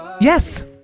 Yes